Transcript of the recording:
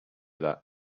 that